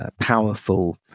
Powerful